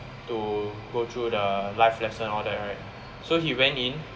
to go through the live lesson all that right so he went in